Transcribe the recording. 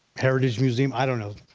heritage museum, i don't know.